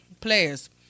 Players